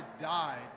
died